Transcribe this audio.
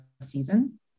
season